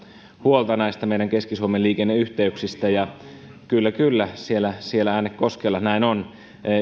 huolta näistä meidän keski suomen liikenneyhteyksistä kyllä kyllä siellä siellä äänekoskella näin on